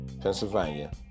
Pennsylvania